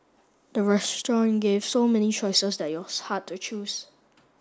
the restaurant gave so many choices that it was hard to choose